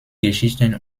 geschichten